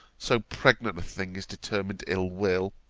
so pregnant a thing is determined ill-will,